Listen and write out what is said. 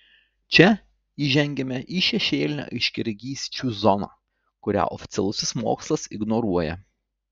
čia įžengiame į šešėlinę aiškiaregysčių zoną kurią oficialusis mokslas ignoruoja